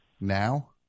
Now